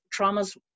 traumas